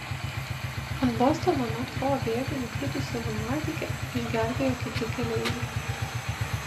ant bostono metro bėgių nukritusią lunatikę išgelbėjo kiti keleiviai